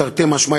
תרתי משמע,